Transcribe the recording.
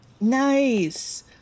Nice